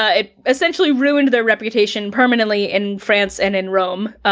ah it essentially ruined their reputation permanently in france and in rome,